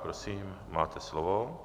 Prosím, máte slovo.